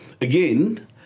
again